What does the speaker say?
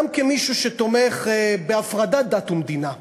גם כמי שתומך בהפרדת דת ומדינה,